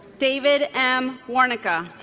david m. warnaka